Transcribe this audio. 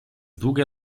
długie